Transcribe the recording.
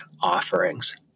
offerings